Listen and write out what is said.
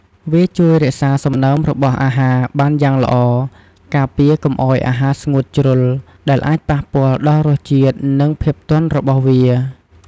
វាជួយ រក្សាសំណើមរបស់អាហារ បានយ៉ាងល្អ ការពារកុំឱ្យអាហារស្ងួតជ្រុល ដែលអាចប៉ះពាល់ដល់រសជាតិ និងភាពទន់របស់វា។